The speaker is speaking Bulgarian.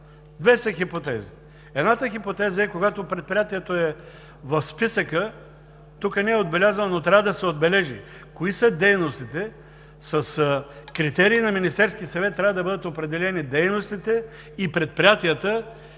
Две са хипотезите: една е хипотезата, когато предприятието е в списъка. Тук не е отбелязано, но трябва да се отбележи кои са дейностите, с критерия на Министерския съвет трябва да бъдат определени дейностите и предприятията.